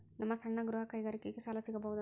ನಮ್ಮ ಸಣ್ಣ ಗೃಹ ಕೈಗಾರಿಕೆಗೆ ಸಾಲ ಸಿಗಬಹುದಾ?